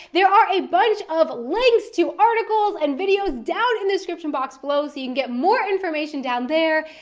there are a bunch of links to articles and videos down in the description box below, so you can get more information down there.